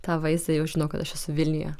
tą vaizdą jau žinau kad aš esu vilniuje